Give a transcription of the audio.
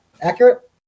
accurate